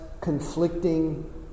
conflicting